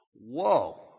Whoa